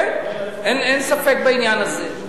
כן, אין ספק בעניין הזה.